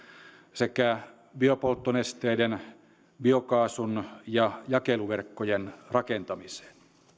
sekä biopolttonesteiden biokaasun ja jakeluverkkojen rakentamiseen